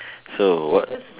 so what